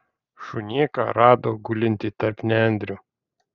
šunėką rado gulintį tarp nendrių